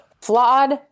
Flawed